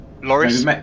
Loris